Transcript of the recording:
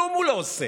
כלום הוא לא עושה.